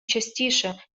частіше